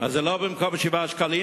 7 שקלים.